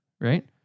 right